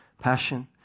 passion